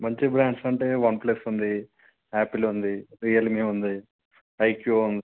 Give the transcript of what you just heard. మంచి బ్రాండ్స్ అంటే one plus ఉంది యాపిల్ ఉంది రియల్మి ఉంది ఐక్యూ ఉంది